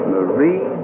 Marie